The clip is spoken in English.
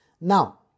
Now